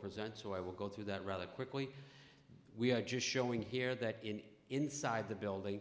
present so i will go through that rather quickly we are just showing here that in inside the building